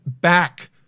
back